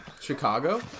Chicago